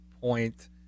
point